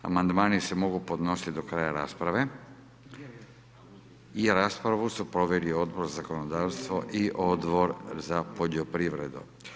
Amandmani se mogu podnositi do kraja rasprave i raspravu su proveli Odbor za zakonodavstvo i Odbor za poljoprivredu.